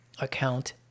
account